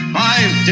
five